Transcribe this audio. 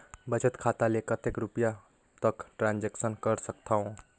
बचत खाता ले कतेक रुपिया तक ट्रांजेक्शन कर सकथव?